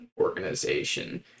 organization